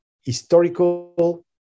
historical